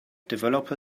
developer